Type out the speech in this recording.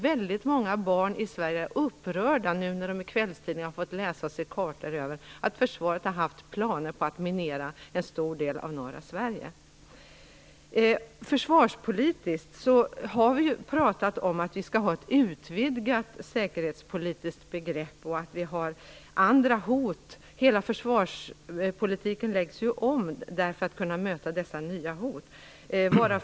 Väldigt många barn i Sverige är upprörda nu när de i kvällstidningarna har fått läsa och se kartor över att försvaret har haft planer på att minera en stor del av norra Sverige. Försvarspolitiskt har vi pratat om att vi skall ha ett utvidgat säkerhetspolitiskt begrepp och att det finns andra hot. Hela försvarspolitiken läggs ju om för att kunna möta dessa nya hot.